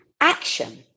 action